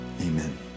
amen